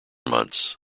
months